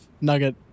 Nugget